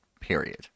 Period